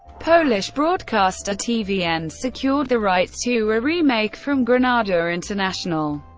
polish broadcaster tvn secured the rights to a remake from granada international.